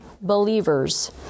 believers